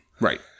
Right